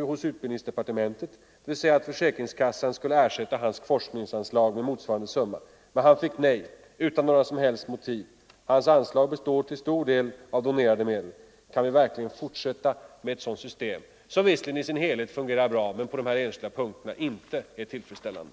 hos utbildningsdepartementet restitution, dvs. att försäkringskassan skulle ersätta hans forskningsanslag med motsvarande summa, men han fick nej utan några som helst motiv. Hans anslag består till stor del av donerade medel. Kan vi verkligen fortsätta med ett sådant system, som visserligen i sin helhet fungerar bra, men som på de här enskilda punkterna inte är tillfredsställande?